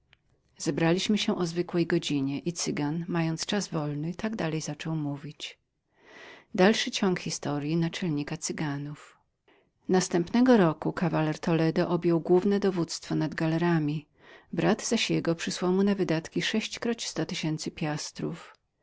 zebraliśmy się o zwykłej godzinie i cygan mając czas wolny tak dalej zaczął mówić następnego roku kawaler toledo objął główne dowództwo nad galerami brat zaś jego przysłał mu na wydatki sześćkroćstotysięcy piastrów